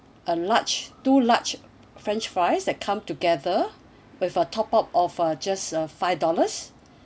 a large two large french fries that come together with a top up of uh just uh five dollars